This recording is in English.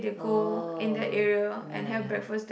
oh yeah yeah